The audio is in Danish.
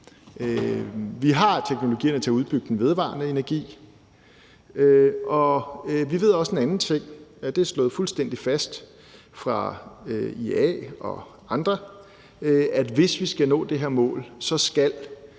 Vi har teknologierne til at udbygge den vedvarende energi, og vi ved også en anden ting – det har IA og andre slået fuldstændig fast – nemlig at hvis vi skal nå det her mål, skal